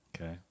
Okay